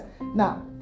Now